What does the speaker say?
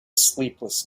sleepless